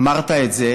אמרת את זה,